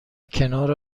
کنار